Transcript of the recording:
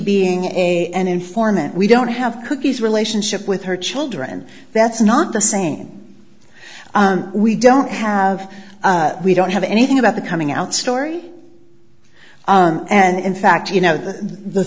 being a an informant we don't have cookies relationship with her children that's not the same we don't have we don't have anything about the coming out story and in fact you know th